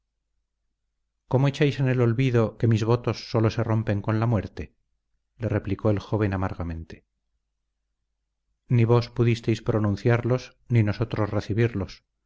cómo echáis en el olvido que mis votos sólo se rompen con la muerte le replicó el joven amargamente ni vos pudisteis pronunciarlos ni nosotros recibirlos